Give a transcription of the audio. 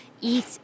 eat